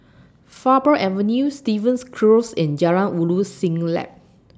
Faber Avenue Stevens Close and Jalan Ulu Siglap